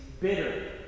bitter